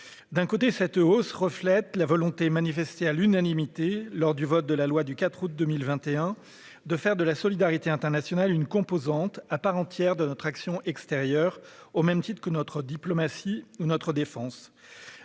D'un côté, cette hausse reflète la volonté, manifestée à l'unanimité lors du vote de la loi du 4 août 2021, de faire de la solidarité internationale une composante à part entière de notre action extérieure, au même titre que notre diplomatie et notre défense.